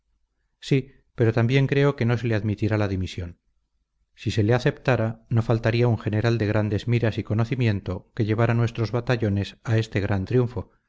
sí pero también creo que no se le admitirá la dimisión si se le aceptara no faltaría un general de grandes miras y conocimiento que llevara nuestros batallones a este gran triunfo